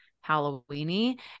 Halloween-y